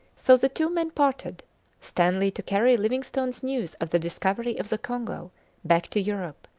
so the two men parted stanley to carry livingstone's news of the discovery of the congo back to europe,